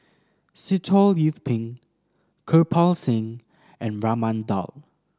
Sitoh Yih Pin Kirpal Singh and Raman Daud